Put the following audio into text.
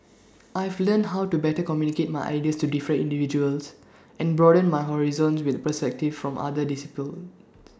I've learnt how to better communicate my ideas to different individuals and broaden my horizons with the perspectives from other disciplines